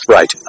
Right